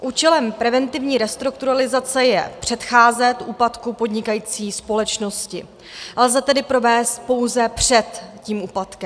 Účelem preventivní restrukturalizace je předcházet úpadku podnikající společnosti, lze tedy provést pouze před úpadkem.